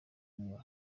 mill